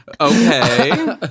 Okay